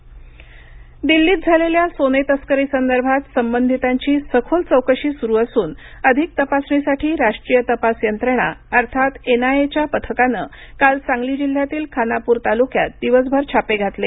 दिल्ली सोने तस्करी दिल्लीत झालेल्या सोने तस्करी संदर्भात संबंधितांची सखोल चौकशी सुरू असून अधिक तपासणीसाठी राष्ट्रीय तपास यंत्रणा अर्थात एन आय ए पथकाने काल सांगली जिल्ह्यातील खानापूर तालुक्यात दिवसभर छापे घातले